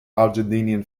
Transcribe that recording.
argentinian